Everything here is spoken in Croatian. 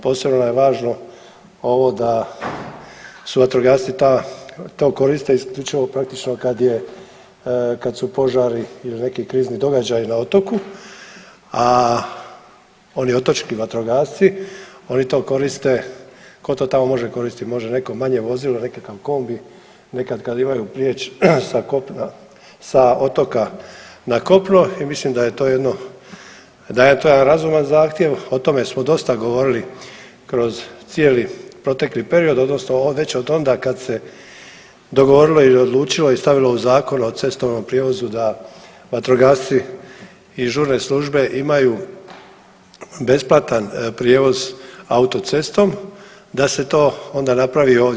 Posebno je važno ovo da su vatrogasci to koriste isključivo praktično kad su požari ili neki krizni događaji na otoku, a oni otočni vatrogasci oni to koriste ko to tamo može koristiti, možda neko manje vozilo, nekakav kombi, nekad kad imaju prijeć sa otoka na kopno i mislim da je to jedan razuman zahtjev, o tome smo dosta govorili kroz cijeli protekli period odnosno već od onda kad se dogovorilo ili odlučilo i stavilo u Zakon o cestovnom prijevozu da vatrogasci i žurne službe imaju besplatan prijevoz autocestom da se to ona napravi i ovdje.